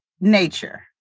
nature